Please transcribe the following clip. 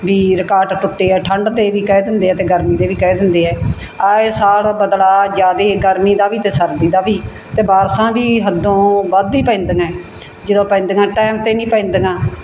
ਵੀ record ਟੁੱਟੇ ਹੈ ਠੰਡ ਦੇ ਵੀ ਕਹਿ ਦਿੰਦੇ ਹੈ ਅਤੇ ਗਰਮੀ ਦੇ ਵੀ ਕਹਿ ਦਿੰਦੇ ਹੈ ਆਏ ਸਾਲ ਬਦਲਾਅ ਜ਼ਿਆਦਾ ਗਰਮੀ ਦਾ ਵੀ ਅਤੇ ਸਰਦੀ ਦਾ ਵੀ ਅਤੇ ਬਾਰਿਸ਼ਾਂ ਵੀ ਹੱਦੋਂ ਵੱਧ ਹੀ ਪੈਂਦੀਆਂ ਜਦੋ ਪੈਂਦੀਆਂ ਟਾਈਮ 'ਤੇ ਨਹੀਂ ਪੈਂਦੀਆਂ